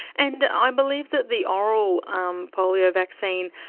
and i believe that the oral um polio vaccine,